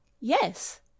Yes